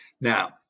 Now